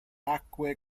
acque